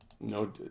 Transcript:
No